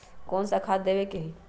कोन सा खाद देवे के हई?